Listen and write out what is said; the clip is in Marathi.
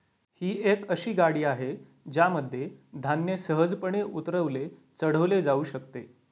ही एक अशी गाडी आहे ज्यामध्ये धान्य सहजपणे उतरवले चढवले जाऊ शकते